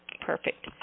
Perfect